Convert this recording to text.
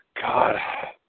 God